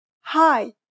Hi